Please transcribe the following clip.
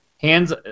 hands